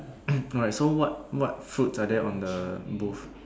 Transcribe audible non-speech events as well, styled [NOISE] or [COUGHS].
[COUGHS] alright so what what fruits are there on the booth